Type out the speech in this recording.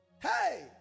hey